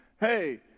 Hey